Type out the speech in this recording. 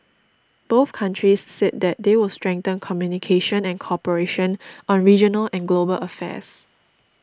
both countries said that they will strengthen communication and cooperation on regional and global affairs